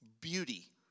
beauty